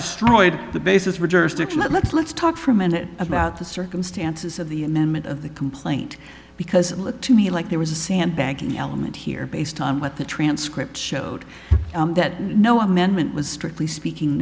destroyed the basis for jurisdiction let's talk for a minute about the circumstances of the amendment of the complaint because it to me like there was a sandbagging element here based on what the transcript showed that no amendment was strictly speaking